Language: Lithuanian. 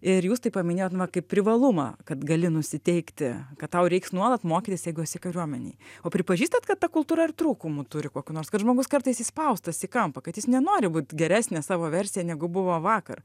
ir jūs tai paminėjot na kaip privalumą kad gali nusiteikti kad tau reiks nuolat mokytis jeigu esi kariuomenėj o pripažįstat kad ta kultūra ir trūkumų turi kokių nors kad žmogus kartais įspaustas į kampą kad jis nenori būt geresne savo versija negu buvo vakar